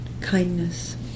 kindness